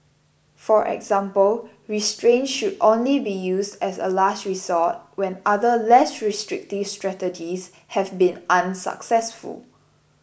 for example restraints should only be used as a last resort when other less restrictive strategies have been unsuccessful